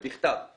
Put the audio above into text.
בכתב.